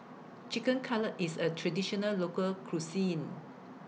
Chicken Cutlet IS A Traditional Local Cuisine